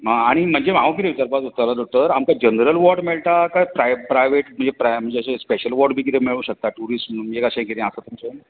आनी म्हणजे हांव कितें विचारपाक सोदतालो दोतोर आमकां जनरल वॉर्ड मेळटा काय प्राय प्रायवेट बी म्हणजे अशे स्पेशल वॉर्ड बी कितें मेळू शकता टुरिस्ट म्हण अशे आसा कितें तुमचें